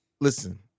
Listen